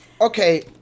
Okay